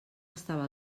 estava